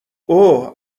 اوه